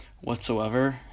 whatsoever